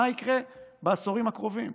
מה יקרה בעשורים הקרובים,